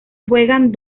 juegan